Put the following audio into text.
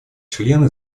члены